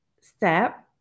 step